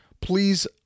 please